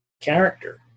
character